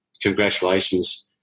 congratulations